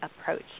Approach